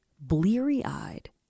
Bleary-eyed